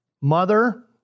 mother